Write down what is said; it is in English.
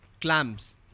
clams